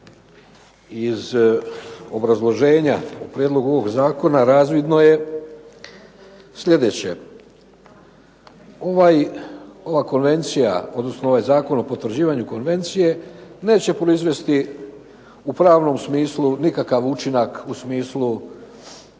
iz obrazloženja u prijedlogu ovog zakona razvidno je sljedeće. Ova konvencija, odnosno ovaj zakon o potvrđivanju konvencije neće proizvesti u pravnom smislu nikakav učinak u smislu